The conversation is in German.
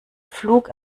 flug